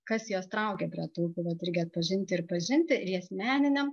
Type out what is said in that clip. kas juos traukia prie tų upių vat irgi atpažinti ir pažinti ir asmeninėm